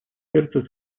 сердце